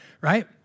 right